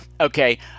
Okay